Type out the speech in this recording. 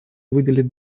выделить